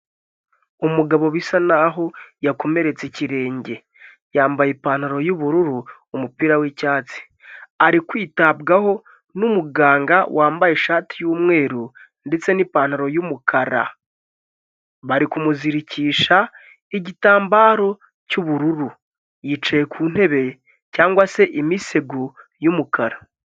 Umugabo bisa n'aho yakomeretse ikirenge, yambaye ipantaro y'ubururu, umupira w'icyatsi. Ari kwitabwaho n'umuganga wambaye ishati y'umweru ndetse n'ipantaro y'umukara. Bari kumuzirikisha igitambaro cy'ubururu, yicaye ku ntebe cyangwa se imisego y'umukara.